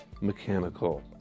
mechanical